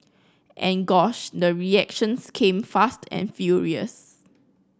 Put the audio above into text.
and gosh the reactions came fast and furious